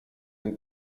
jim